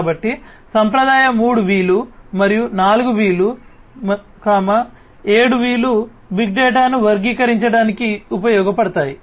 కాబట్టి సాంప్రదాయ 3 V లు మరియు 4 V లు 7 V లు బిగ్ డేటాను వర్గీకరించడానికి ఉపయోగించబడతాయి